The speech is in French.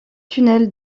tunnel